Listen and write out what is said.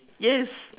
yes